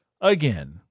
Again